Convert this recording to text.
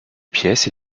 pièces